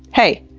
hey,